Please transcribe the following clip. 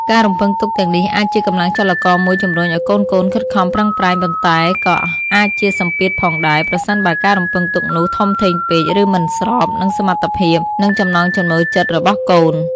ការរំពឹងទុកទាំងនេះអាចជាកម្លាំងចលករមួយជំរុញឲ្យកូនៗខិតខំប្រឹងប្រែង ប៉ុន្តែក៏អាចជាសម្ពាធផងដែរ ប្រសិនបើការរំពឹងទុកនោះធំធេងពេក ឬមិនស្របនឹងសមត្ថភាព និងចំណង់ចំណូលចិត្តរបស់កូន។